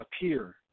appear